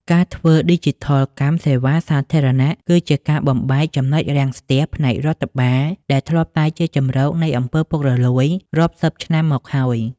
ការធ្វើឌីជីថលកម្មសេវាសាធារណៈ គឺជាការបំបែក ចំណុចរាំងស្ទះ ផ្នែករដ្ឋបាល ដែលធ្លាប់តែជាជម្រកនៃ អំពើពុករលួយ រាប់សិបឆ្នាំមកហើយ។